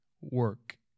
work